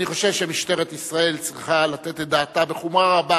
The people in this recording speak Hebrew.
אני חושב שמשטרת ישראל צריכה לתת את דעתה בחומרה רבה